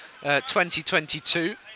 2022